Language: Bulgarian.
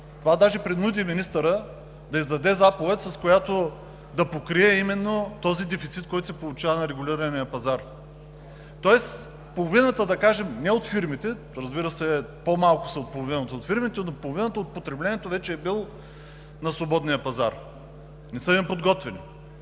Това даже принуди министъра да издаде заповед, с която да покрие именно този дефицит, който се получава на регулирания пазар. Тоест половината, да кажем, не от фирмите, разбира се, по-малко са от половината от фирмите, но половината от потреблението вече е било на свободния пазар, не е неподготвено.